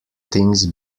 things